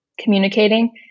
communicating